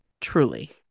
Truly